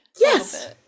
Yes